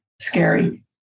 scary